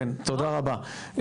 תודה רבה.